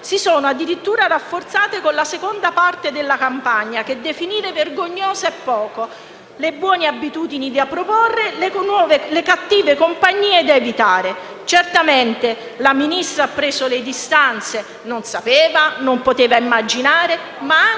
si sono addirittura rafforzate con la seconda parte della campagna, che definire vergognosa è poco; le buone abitudini da proporre e le cattive compagnie da evitare. Certamente, la Ministra ha preso le distanze: non sapeva, non poteva immaginare. Ma ha anche